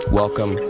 welcome